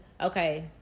okay